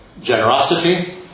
generosity